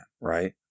right